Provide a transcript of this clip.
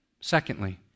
Secondly